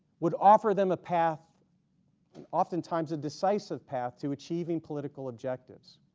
would offer them a path oftentimes a decisive path to achieving political objectives.